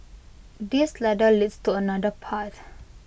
this ladder leads to another path